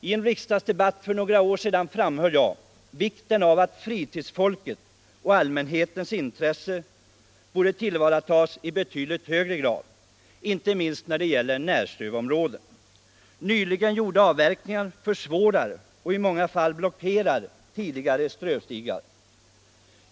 I en riksdagsdebatt för några år sedan framhöll jag vikten av att fritidsfolkets och allmänhetens intressen borde tillvaratas i betydligt högre grad, inte minst när det gäller närströvområden. Nyligen gjorda avverkningar försvårar och i många fall blockerar tidigare strövstigar.